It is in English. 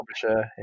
Publisher